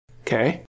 Okay